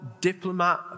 diplomat